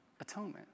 atonement